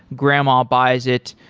grandma buys it,